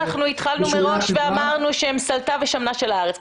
אנחנו התחלנו מראש ואמרנו שהם סלתה ושמנה של הארץ.